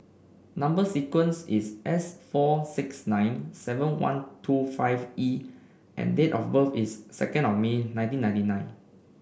number sequence is S four six nine seven one two five E and date of birth is second of May nineteen ninety nine